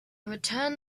returned